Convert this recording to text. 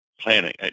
planning